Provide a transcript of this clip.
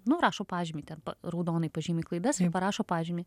nu rašo pažymį ten pa raudonai pažymi klaidas parašo pažymį